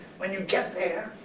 when you get there,